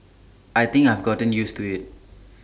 I think I have gotten used to IT